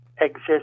exist